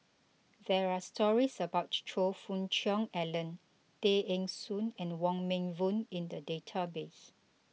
there are stories about Choe Fook Cheong Alan Tay Eng Soon and Wong Meng Voon in the database